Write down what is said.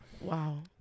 Wow